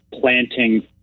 planting